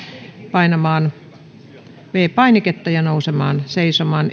painamaan viides painiketta ja nousemaan seisomaan